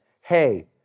hey